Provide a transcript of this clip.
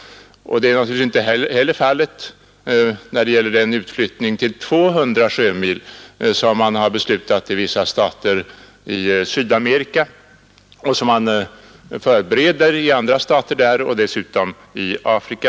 Det är naturligtvis inte heller fallet med den utflyttning till 200 sjömil som man har beslutat i vissa stater i Sydamerika och som man förbereder i andra stater där och dessutom i Afrika.